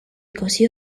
così